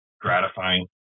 gratifying